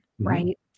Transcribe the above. right